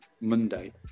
Monday